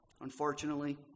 Unfortunately